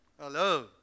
Hello